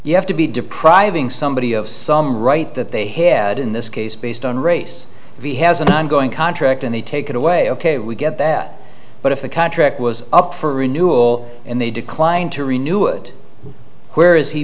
you have to be depriving somebody of some right that they had in this case based on race if he has an ongoing contract and they take it away ok we get that but if the contract was up for renewal and they declined to renew it where is he